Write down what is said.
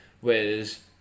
Whereas